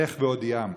לך והודיעם".